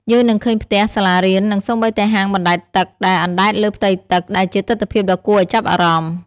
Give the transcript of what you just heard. យើងនឹងឃើញផ្ទះ សាលារៀន និងសូម្បីតែហាងបណ្តែតទឹកដែលអណ្តែតលើផ្ទៃទឹក ដែលជាទិដ្ឋភាពដ៏គួរឱ្យចាប់អារម្មណ៍។